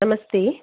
नमस्ते